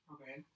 Okay